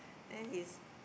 then he's